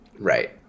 right